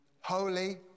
Holy